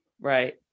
Right